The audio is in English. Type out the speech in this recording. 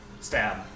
Stab